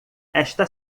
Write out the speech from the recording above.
esta